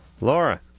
Laura